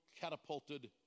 catapulted